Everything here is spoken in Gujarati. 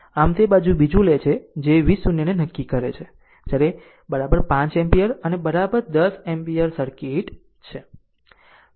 આમ તે જ રીતે બીજું લે છે જે v0 ને નક્કી કરે છે જ્યારે 5 એમ્પીયર અને 10 એમ્પીયર સર્કિટ છે